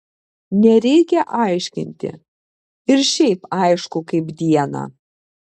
nereikia aiškinti ir šiaip aišku kaip dieną